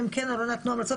אם כן או לא נתנו המלצות,